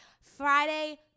Friday